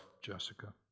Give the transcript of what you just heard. Jessica